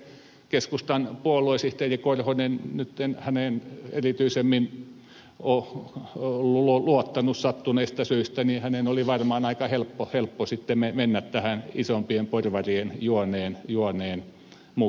varmaan siinä keskustan puoluesihteeri korhosen nyt en häneen erityisemmin ole luottanut sattuneista syistä oli aika helppo sitten mennä tähän isompien porvarien juoneen mukaan